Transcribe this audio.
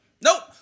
nope